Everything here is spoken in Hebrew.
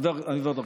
אני עובר דרכך.